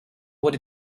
what